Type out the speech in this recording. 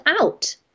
out